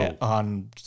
on